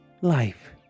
life